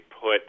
put